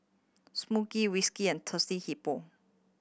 Smiggle and Thirsty Hippo